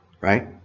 Right